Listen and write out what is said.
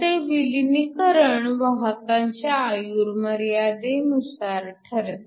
असे विलीनीकरण वाहकांच्या आयुर्मर्यादेनुसार ठरते